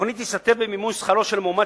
התוכנית תשתתף במימון שכרו של מועמד